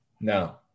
No